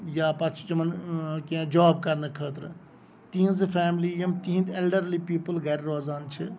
یا پَتہٕ چھُ تِمن کیٚنٛہہ جاب کرنہٕ خٲطرٕ تِہنزٕ فیملی یِم تِہندۍ ایلڈرلی پیٖپٔل گرِ روزان چھِ